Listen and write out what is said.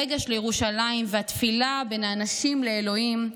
הרגש לירושלים והתפילה בין האנשים לאלוהים.